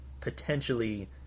potentially